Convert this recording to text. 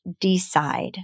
decide